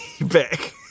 back